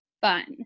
fun